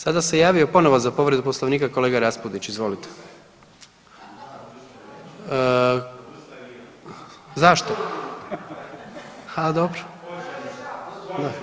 Sada se javio ponovo za povredu Poslovnika kolega Raspudić, izvolite. … [[Upadica iz klupe se ne razumije]] Zašto?